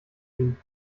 ihn